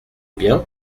bien